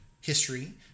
history